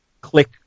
click